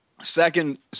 Second